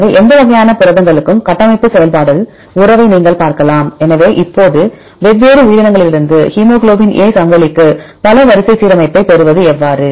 எனவே எந்த வகையான புரதங்களுக்கும் கட்டமைப்பு செயல்பாடு உறவை நீங்கள் பார்க்கலாம் எனவே இப்போது வெவ்வேறு உயிரினங்களிலிருந்து ஹீமோகுளோபினுக்கு A சங்கிலிக்கு பல வரிசை சீரமைப்பை பெறுவது எவ்வாறு